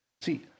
See